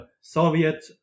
Soviet